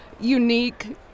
unique